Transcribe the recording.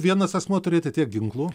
vienas asmuo turėti tiek ginklų